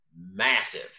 massive